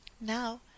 now